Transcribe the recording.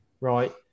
right